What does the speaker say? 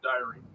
diary